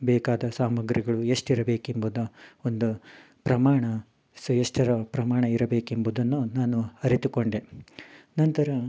ಬೇಕಾದ ಸಾಮಗ್ರಿಗಳು ಎಷ್ಟಿರಬೇಕೆಂಬುದು ಒಂದು ಪ್ರಮಾಣ ಸೊ ಎಷ್ಟರ ಪ್ರಮಾಣ ಇರಬೇಕೆಂಬುದನ್ನು ನಾನು ಅರಿತುಕೊಂಡೆ ನಂತರ